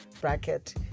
bracket